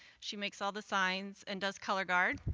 she makes all the signs and does color guard.